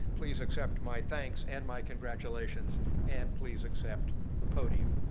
please accept my thanks and my congratulations and please accept the podium.